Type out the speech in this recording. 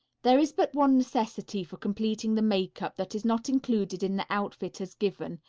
there is but one necessity for completing the makeup that is not included in the outfit as given,